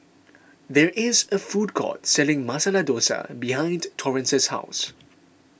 there is a food court selling Masala Dosa behind Torrence's house